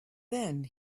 then